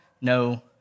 no